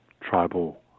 Tribal